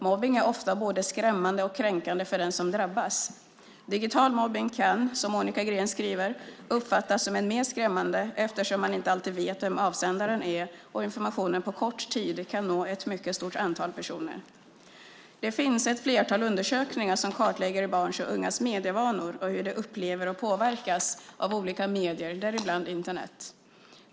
Mobbning är ofta både skrämmande och kränkande för den som drabbas. Digital mobbning kan, som Monica Green skriver, uppfattas som än mer skrämmande eftersom man inte alltid vet vem avsändaren är och informationen på kort tid kan nå ett mycket stort antal personer. Det finns ett flertal undersökningar som kartlägger barns och ungas medievanor och hur de upplever och påverkas av olika medier, däribland Internet.